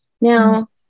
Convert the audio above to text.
Now